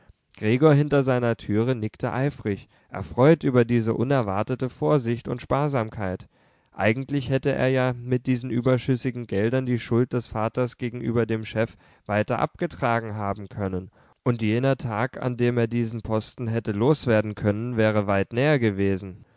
gregor hinter seiner türe nickte eifrig erfreut über diese unerwartete vorsicht und sparsamkeit eigentlich hätte er ja mit diesen überschüssigen geldern die schuld des vaters gegenüber dem chef weiter abgetragen haben können und jener tag an dem er diesen posten hätte loswerden können wäre weit näher gewesen